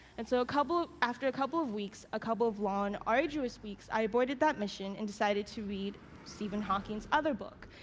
and so after a couple of weeks, a couple of long arduous weeks, i aborted that mission and decided to read stephen hawking's other book,